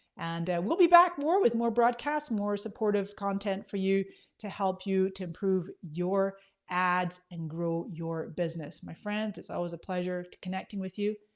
and we'll be back more with more broadcast, more supportive content for you to help you to improve your ads and grow your business. my friends it's always a pleasure to connecting with you,